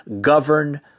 govern